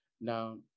Now